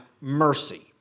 mercy